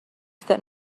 that